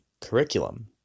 curriculum